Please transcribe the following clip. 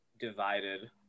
divided